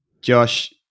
Josh